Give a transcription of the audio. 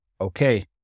Okay